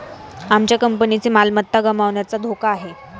आमच्या कंपनीची मालमत्ता गमावण्याचा धोका आहे